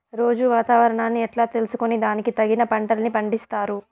రోజూ వాతావరణాన్ని ఎట్లా తెలుసుకొని దానికి తగిన పంటలని పండిస్తారు?